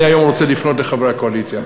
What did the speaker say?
אני היום רוצה לפנות לחברי הקואליציה.